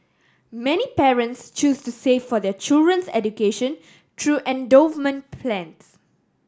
many parents choose to save for their children's education through endowment plans